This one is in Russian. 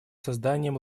созданием